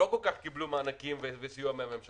לא כל כך קיבלו מענקים וסיוע מהממשלה,